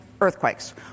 earthquakes